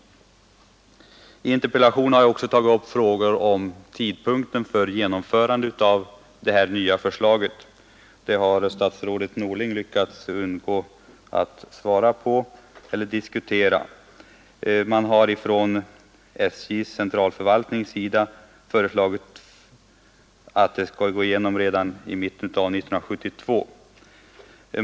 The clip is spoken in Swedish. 53 I interpellationen har jag också tagit upp frågor om tidpunkten för genomförandet av det nya förslaget. Detta är något som statsrådet Norling undvikit att diskutera. Från SJ:s centralförvaltnings sida har man föreslagit att genomförandet skall ske i mitten av 1972.